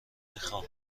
میخواهم